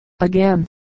Again